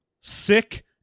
sick